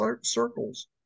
circles